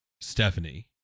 Stephanie